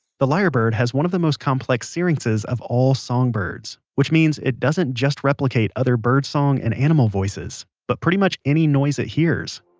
the lyre bird has one of the most complex syrinxes of all songbirds, which means it doesn't just replicate other birdsong and animal voices, but pretty much any noise it hears